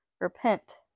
repent